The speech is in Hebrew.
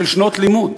של שנות לימוד.